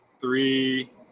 three